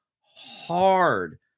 hard